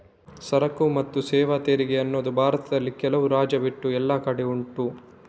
ಸರಕು ಮತ್ತು ಸೇವಾ ತೆರಿಗೆ ಅನ್ನುದು ಭಾರತದಲ್ಲಿ ಕೆಲವು ರಾಜ್ಯ ಬಿಟ್ಟು ಎಲ್ಲ ಕಡೆ ಉಂಟು